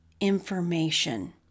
information